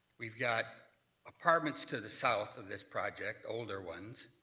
we've got apartments to the south of this project. older ones.